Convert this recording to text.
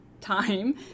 time